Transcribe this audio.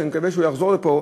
שאני מקווה שהוא יחזור לפה,